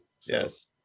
Yes